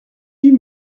huit